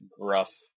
gruff